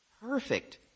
Perfect